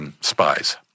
spies